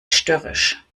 störrisch